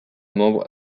membre